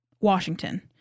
Washington